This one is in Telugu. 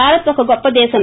భారత్ ఒక గొప్ప దేశం